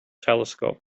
telescope